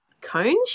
cone